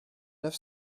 neuf